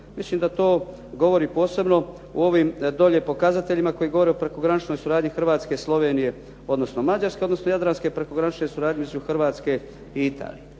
Mislim da to govori posebno u ovim dolje pokazateljima koji govore o prekograničnoj suradnji Hrvatske, Slovenije, odnosno Mađarske, odnosno jadranske prekogranične suradnje između Hrvatske i Italije.